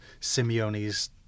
Simeone's